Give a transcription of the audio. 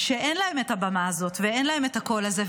שאין להם את הבמה הזאת ואין להם את הקול הזה,